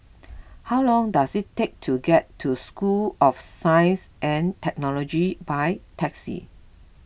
how long does it take to get to School of Science and Technology by taxi